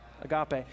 Agape